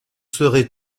serez